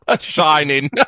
shining